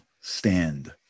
stand